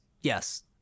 yes